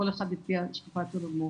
כל אחד לפי השקפת עולמו.